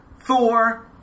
Thor